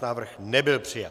Návrh nebyl přijat.